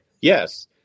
yes